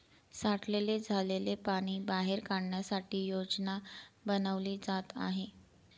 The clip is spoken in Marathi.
साठलेलं झालेल पाणी बाहेर काढण्यासाठी योजना बनवली जात आहे